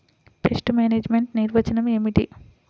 Pest management నిర్వచనం ఏమిటి?